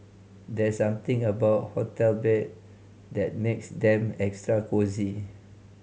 there's something about hotel bed that makes them extra cosy